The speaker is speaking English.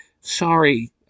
sorry